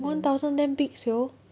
one thousand damn big [siol]